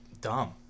dumb